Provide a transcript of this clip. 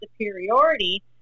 superiority